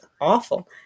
awful